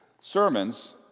sermons